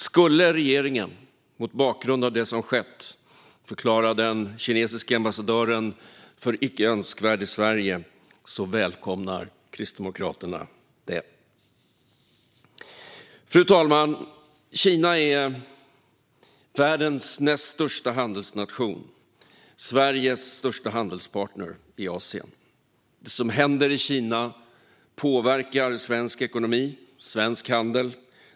Skulle regeringen mot bakgrund av det som skett förklara den kinesiske ambassadören icke önskvärd i Sverige skulle Kristdemokraterna välkomna det. Fru talman! Kina är världens näst största handelsnation och Sveriges största handelspartner i Asien. Det som händer i Kina påverkar svensk ekonomi och svensk handel.